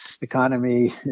economy